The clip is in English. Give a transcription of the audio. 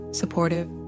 supportive